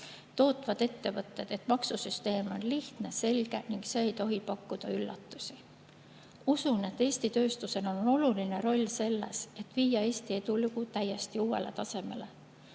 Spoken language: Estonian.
tootvad ettevõtted, et maksusüsteem on lihtne ja selge ega tohi pakkuda üllatusi. Usun, et Eesti tööstusel on oluline roll selles, et viia Eesti edulugu täiesti uuele tasemele.